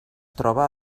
troba